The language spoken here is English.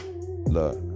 look